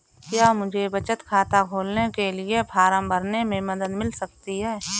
क्या मुझे बचत खाता खोलने के लिए फॉर्म भरने में मदद मिल सकती है?